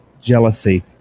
Jealousy